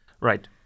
right